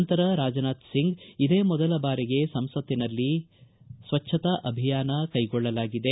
ನಂತರ ರಾಜನಾಥ್ ಸಿಂಗ್ ಇದೇ ಮೊದಲ ಬಾರಿಗೆ ಸಂಸತ್ತಿನದಲ್ಲಿ ಸ್ವಚ್ಛತಾ ಅಭಿಯಾನ ಕೈಗೊಳ್ಳಲಾಗಿದೆ